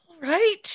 Right